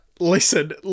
Listen